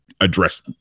address